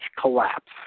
Collapse